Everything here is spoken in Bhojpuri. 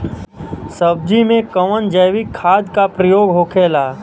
सब्जी में कवन जैविक खाद का प्रयोग होखेला?